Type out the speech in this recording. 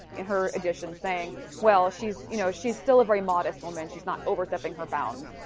in her edition saying well she's, you know she's still a very modest woman. she's not overstepping her bounds,